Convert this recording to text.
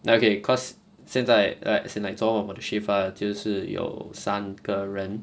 okay cause 现在 like as in like 昨晚我的 shift ah 就是有三个人